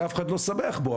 שאף אחד לא שמח בו,